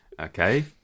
Okay